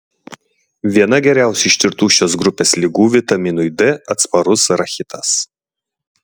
viena geriausiai ištirtų šios grupės ligų vitaminui d atsparus rachitas